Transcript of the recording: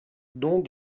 dont